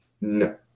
No